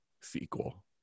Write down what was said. sequel